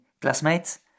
classmates